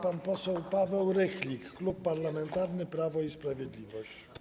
Pan poseł Paweł Rychlik, Klub Parlamentarny Prawo i Sprawiedliwość.